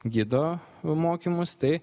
gido mokymus tai